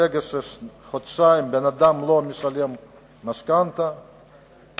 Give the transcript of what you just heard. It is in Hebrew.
ברגע שאדם לא משלם משכנתה במשך חודשיים,